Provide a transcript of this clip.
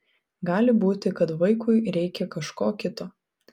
gali būti kad vaikui reikia kažko kito